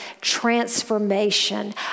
transformation